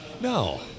No